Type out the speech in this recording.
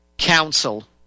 Council